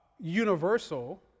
universal